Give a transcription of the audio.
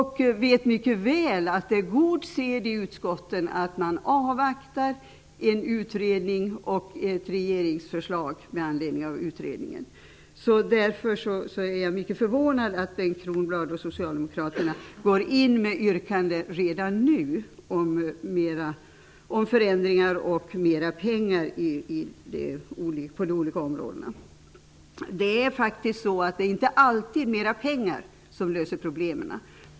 Han vet mycket väl att det är god sed i utskotten att man avvaktar en utredning och ett regeringsförslag med anledning av utredningen. Därför är jag mycket förvånad över att Bengt Kronblad och Socialdemokraterna går in med yrkande om förändringar och mer pengar för de olika områdena redan nu. Det är inte alltid mer pengar som löser problemen.